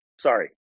sorry